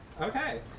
Okay